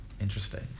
interesting